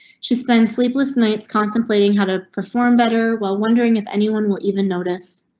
she spent sleepless nights contemplating how to perform better while wondering if anyone will even notice.